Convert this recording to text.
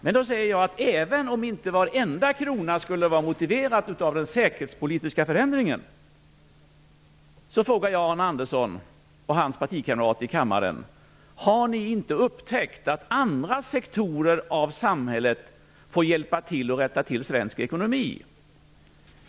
Låt oss säga att varenda krona inte skulle vara motiverad av den säkerhetspolitiska förändringen. Jag vill fråga Arne Andersson och hans partikamrater i kammaren om de inte har upptäckt att andra sektorer av samhället får hjälpa till att rätta till svensk ekonomi.